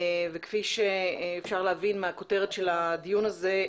וכפי שאפשר להבין מהכותרת של הדיון הזה,